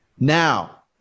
Now